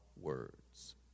words